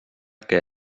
que